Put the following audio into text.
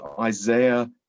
Isaiah